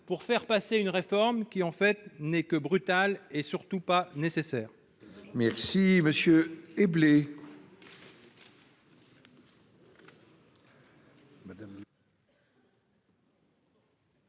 de faire passer une réforme qui n'est en réalité que brutale et surtout pas nécessaire.